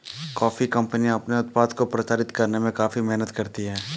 coffee कंपनियां अपने उत्पाद को प्रचारित करने में काफी मेहनत करती हैं